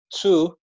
two